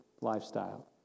lifestyle